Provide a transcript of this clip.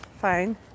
fine